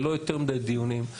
ללא יותר מדי דיונים,